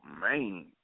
man